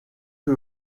que